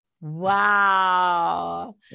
Wow